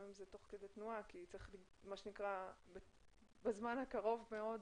גם אם זה תוך כדי תנועה וצריך בזמן הקרוב מאוד,